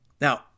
Now